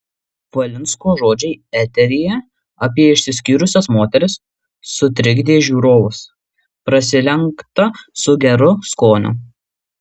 valinsko žodžiai eteryje apie išsiskyrusias moteris sutrikdė žiūrovus prasilenkta su geru skoniu